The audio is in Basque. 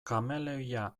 kameleoia